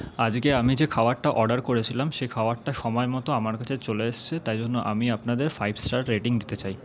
আজকে আমি যে খাওয়ারটা অর্ডার করেছিলাম সে খাওয়ারটা সময় মতো আমার কাছে চলে এসছে তাই জন্য আমি আপনাদের ফাইভ স্টার রেটিং দিতে চাই